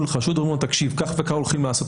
חשוד ואומרים לו שכך וכך הולכים לעשות.